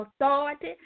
authority